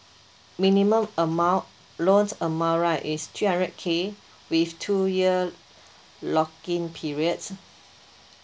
minimum amount loans amount right is three hundred K with two year lock in periods